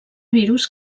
virus